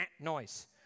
noise